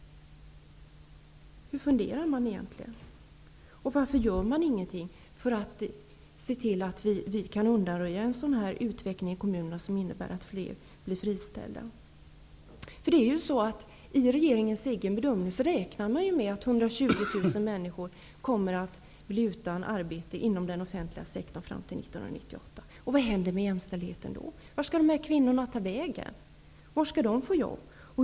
Hur funderar man egentligen? Varför gör man ingenting för att undanröja den utveckling i kommunerna som innebär att fler blir friställda? Regeringen räknar ju med att 120 000 människor kommer att bli utan arbete inom den offentliga sektorn fram till 1998. Vad händer då med jämställdheten? Vart skall dessa kvinnor ta vägen? Var skall de få jobb?